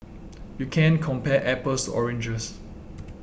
you can't compare apples oranges